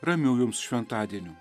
ramių jums šventadienių